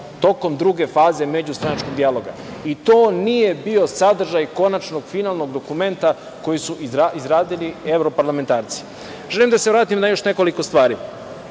tokom druge faze međustranačkog dijaloga. To nije bio sadržaj konačnog finalnog dokumenta koji su izradili evroparlamentarci. Želim da se vratim na još nekoliko stvari.